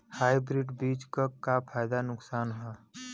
Hybrid बीज क का फायदा नुकसान ह?